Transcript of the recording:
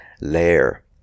layer